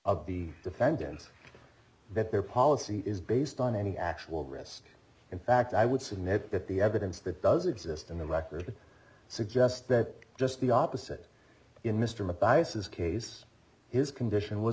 of the defendants that their policy is based on any actual rests in fact i would submit that the evidence that does exist in the record suggests that just the opposite in mr my biases case his condition was